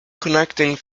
connecting